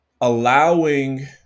allowing